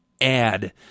add